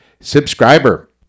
subscriber